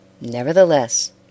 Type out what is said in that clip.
Nevertheless